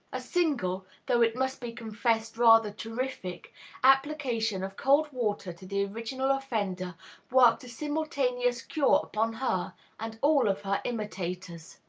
a single though it must be confessed rather terrific application of cold water to the original offender worked a simultaneous cure upon her and all of her imitators.